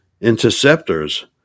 interceptors